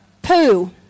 Poo